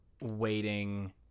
waiting